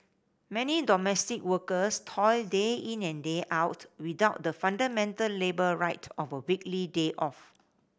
many domestic workers toil day in and day out without the fundamental labour right of a weekly day off